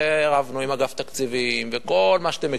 ורבנו עם אגף תקציבים וכל מה שאתם מכירים,